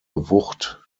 wucht